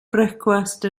brecwast